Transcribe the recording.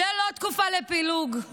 זו לא תקופה לפילוג,